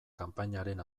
kanpainaren